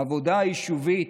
העבודה היישובית